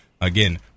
Again